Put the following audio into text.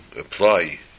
apply